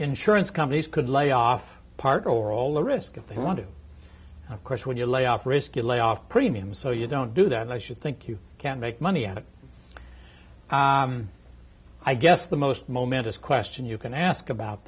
insurance companies could lay off part or all the risk if they want to of course when you lay off risk you lay off premium so you don't do that i should think you can make money out of i guess the most momentous question you can ask about